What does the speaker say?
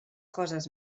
coses